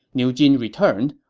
niu jin returned,